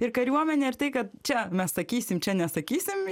ir kariuomenė ir tai kad čia mes sakysim čia nesakysime